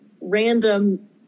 random